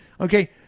okay